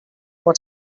what